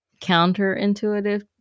counterintuitive